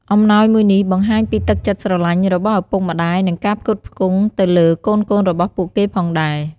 អំណោយមួយនេះបង្ហាញពីទឹកចិត្តស្រឡាញ់របស់ឪពុកម្ដាយ និងការផ្គត់ផ្គង់ទៅលើកូនៗរបស់ពួកគេផងដែរ។